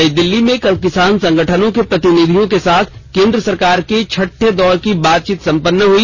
नई दिल्ली में कल किसान संगठनों के प्रतिनिधियों के साथ केन्द्र सरकार की छठे दौर की बातचीत सम्पन्न हुई